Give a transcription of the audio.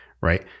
right